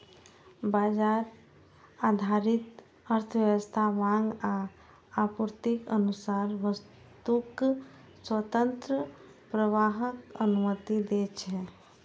बाजार आधारित अर्थव्यवस्था मांग आ आपूर्तिक अनुसार वस्तुक स्वतंत्र प्रवाहक अनुमति दै छै